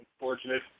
Unfortunate